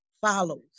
follows